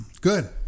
Good